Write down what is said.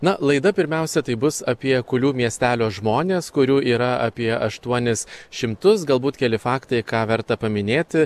na laida pirmiausia tai bus apie kulių miestelio žmonės kurių yra apie aštuonis šimtus galbūt keli faktai ką verta paminėti